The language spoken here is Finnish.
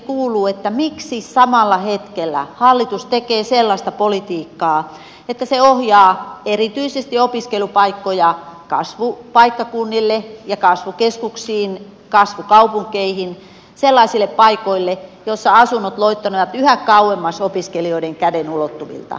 miksi samalla hetkellä hallitus tekee sellaista politiikkaa että se ohjaa erityisesti opiskelupaikkoja kasvupaikkakunnille ja kasvukeskuksiin kasvukaupunkeihin sellaisille paikoille joilla asunnot loittonevat yhä kauemmas opiskelijoiden käden ulottuvilta